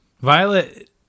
Violet